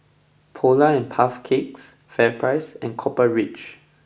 Polar and Puff Cakes FairPrice and Copper Ridge